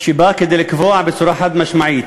שבא כדי לקבוע בצורה חד-משמעית